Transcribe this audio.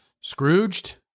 Scrooged